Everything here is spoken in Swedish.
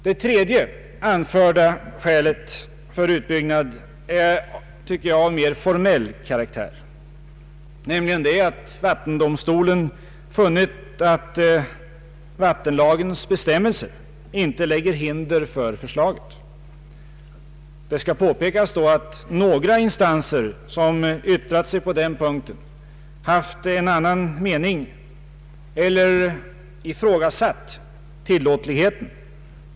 Det tredje anförda skälet för utbyggnad är enligt min mening av mer formell karaktär, nämligen att vattendomstolen funnit att vattenlagens bestämmelser inte lägger hinder i vägen för förslaget. Det skall påpekas att några instanser som yttrat sig på den punkten haft en annan mening eller ifrågasatt tillåtligheten.